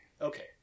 Okay